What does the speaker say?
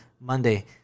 monday